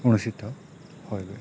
অনুষ্ঠিত হয় গৈ